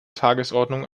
tagesordnung